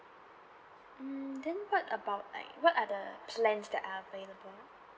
mm then what about like what are the plans that are available